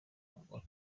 bakora